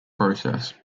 process